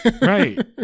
Right